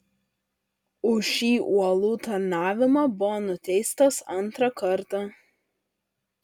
už šį uolų tarnavimą buvo nuteistas antrą kartą